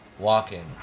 walking